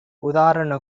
உதார